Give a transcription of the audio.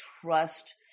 trust